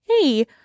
hey